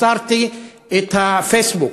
מסרתי את הפייסבוק,